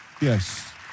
yes